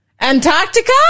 Antarctica